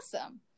Awesome